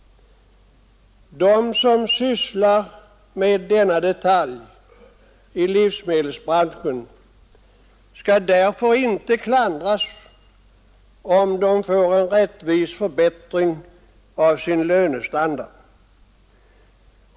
De som sysslar med denna detalj i livsmedelsbranschen skall därför inte klandras om de får en rättvis förbättring av sin lönestandard.